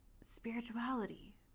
spirituality